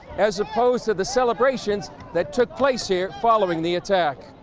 as opposed to the celebration that took place here following the attack.